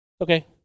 Okay